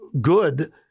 good